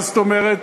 מה זאת אומרת?